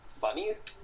Bunnies